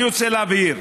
אני רוצה להבהיר: